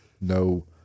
no